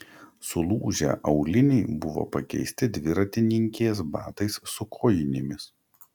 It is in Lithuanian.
sulūžę auliniai buvo pakeisti dviratininkės batais su kojinėmis